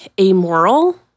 amoral